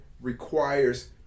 requires